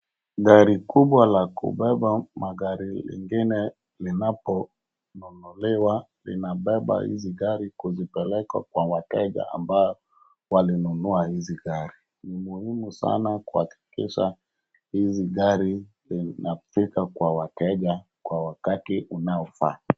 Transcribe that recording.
Gari kubwa la kubeba magari mengine inaponunuliwa inabeba hizi gari kuzipeleka kwa wateja ambao walinunua hizi gari. Ni muhimu sana kuhakikisha hizi gari zinafika kwa wateja kwa wakati unaofaa.